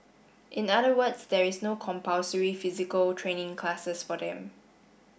in other words there is no compulsory physical training classes for them